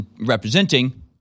representing